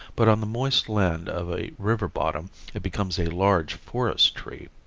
but on the moist land of a river bottom it becomes a large forest tree.